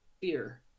fear